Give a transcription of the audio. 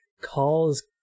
calls